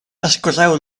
escorreu